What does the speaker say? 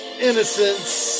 innocence